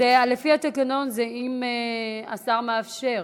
לפי התקנון, זה אם השר מאפשר.